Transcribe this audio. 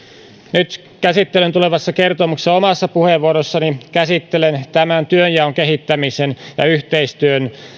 nyt käsittelen tulevassa kertomuksessa omassa puheenvuorossani tämän työnjaon kehittämisen ja yhteistyön